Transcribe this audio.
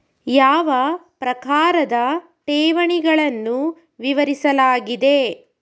ಯಾವ ಪ್ರಕಾರದ ಠೇವಣಿಗಳನ್ನು ವಿವರಿಸಲಾಗಿದೆ?